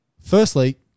firstly